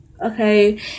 okay